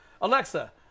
alexa